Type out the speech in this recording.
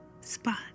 spot